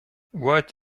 what